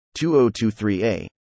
2023a